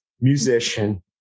musician